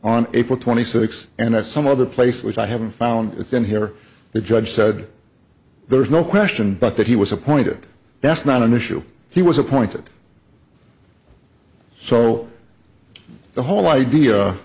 on april twenty sixth and at some other place which i haven't found it in here the judge said there's no question but that he was appointed that's not an issue he was appointed so the whole idea